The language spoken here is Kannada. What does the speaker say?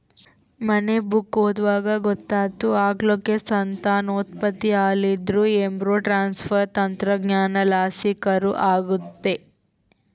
ಮನ್ನೆ ಬುಕ್ಕ ಓದ್ವಾಗ ಗೊತ್ತಾತಿ, ಆಕಳುಕ್ಕ ಸಂತಾನೋತ್ಪತ್ತಿ ಆಲಿಲ್ಲುದ್ರ ಎಂಬ್ರೋ ಟ್ರಾನ್ಸ್ಪರ್ ತಂತ್ರಜ್ಞಾನಲಾಸಿ ಕರು ಆಗತ್ತೆ